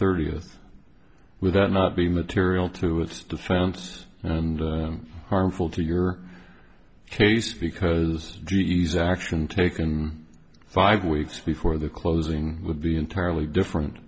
thirtieth with that not be material to its defense and harmful to your case because g s action taken five weeks before the closing would be entirely different